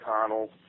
Connell